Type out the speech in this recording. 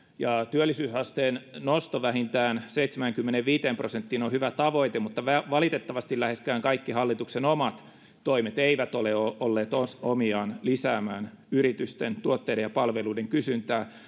työllisyysasteen nosto vähintään seitsemäänkymmeneenviiteen prosenttiin on hyvä tavoite mutta valitettavasti läheskään kaikki hallituksen omat toimet eivät ole olleet olleet omiaan lisäämään yritysten tuotteiden ja palveluiden kysyntää